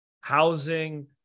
housing